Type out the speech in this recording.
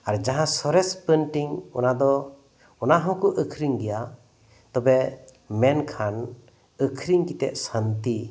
ᱟᱨ ᱡᱟᱦᱟᱸ ᱥᱚᱨᱮᱥ ᱯᱮᱱᱴᱤᱝ ᱚᱱᱟ ᱫᱚ ᱚᱱᱟ ᱦᱚᱸᱠᱚ ᱟᱠᱷᱨᱤᱧ ᱜᱮᱭᱟ ᱛᱚᱵᱮ ᱢᱮᱱᱠᱷᱟᱱ ᱟᱹᱠᱷᱨᱤᱧ ᱠᱟᱛᱮᱫ ᱥᱟᱱᱛᱤ